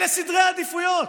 אלה סדרי העדיפויות.